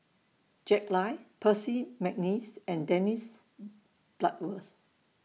Jack Lai Percy Mcneice and Dennis Bloodworth